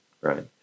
right